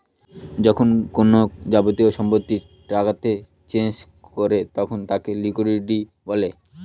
যখন কোনো যাবতীয় সম্পত্তিকে টাকাতে চেঞ করে তখন তাকে লিকুইডিটি বলে